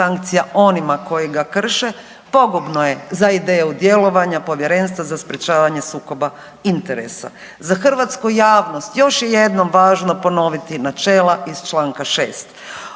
hrvatsku javnost još je jednom važno ponoviti načela iz čl. 6,